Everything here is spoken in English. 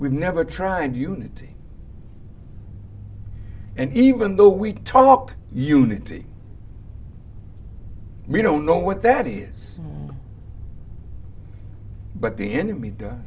we've never tried unity and even though we talk unity we don't know what that is but the enemy